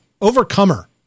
overcomer